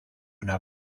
una